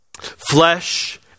flesh